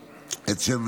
אקצר,